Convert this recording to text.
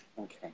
Okay